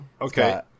Okay